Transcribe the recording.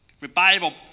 Revival